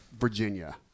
Virginia